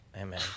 Amen